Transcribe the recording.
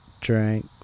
drank